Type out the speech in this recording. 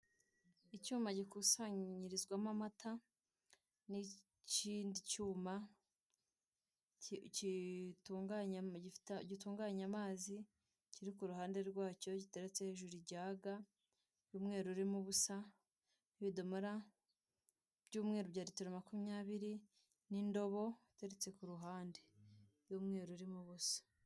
Icyuma gikusanyirizwamo amata n'ikindi cyuma gitunganya amazi kiri ku ruhande rwacyo kitetseho hejuru ijaga y'umweru irimo ubusa, ibidomora byumweru bya little makumyabiri n'indobo iteretse ku ruhande y'umweru urimo ubusa.